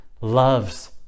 loves